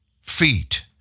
feet